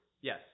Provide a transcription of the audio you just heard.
Yes